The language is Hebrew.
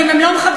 ואם הם לא מכבדים,